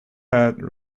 had